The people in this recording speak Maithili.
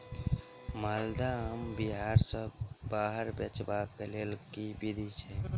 माल्दह आम बिहार सऽ बाहर बेचबाक केँ लेल केँ विधि छैय?